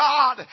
God